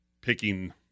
picking